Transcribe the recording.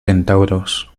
centauros